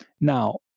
Now